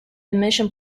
emission